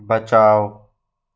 बचाओ